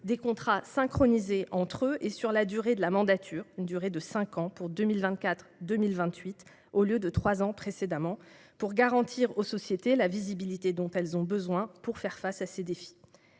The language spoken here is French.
des contrats synchronisés entre eux et sur la durée de la mandature, à savoir cinq ans, de 2024 à 2028, au lieu de trois ans précédemment, afin de garantir aux sociétés la visibilité dont elles ont besoin pour faire face à ces défis.